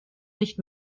nicht